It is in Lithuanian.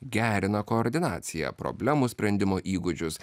gerina koordinaciją problemų sprendimo įgūdžius